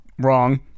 wrong